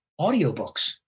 audiobooks